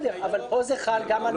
אבל פה זה חל גם מעבר.